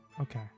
okay